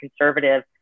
conservative